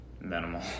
Minimal